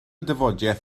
dafodiaith